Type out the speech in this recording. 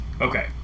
Okay